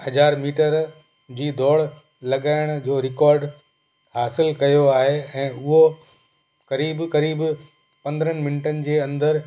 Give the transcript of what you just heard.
हज़ार मीटर जी डोड़ लॻाइण जो रिकॉड हासिल कयो आहे ऐं उहो क़रीब क़रीब पंद्रनि मिंटनि जे अंदरि